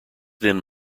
then